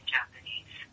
Japanese